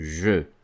je